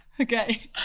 Okay